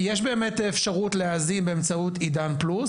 אפשרות להאזין באמצעות עידן פלוס,